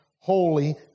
holy